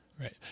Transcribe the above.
Right